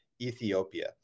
ethiopia